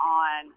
on